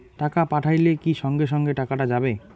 টাকা পাঠাইলে কি সঙ্গে সঙ্গে টাকাটা যাবে?